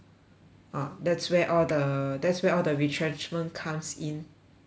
ah that's where all the that's where all the retrenchment comes in to the picture